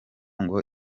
ngo